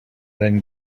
then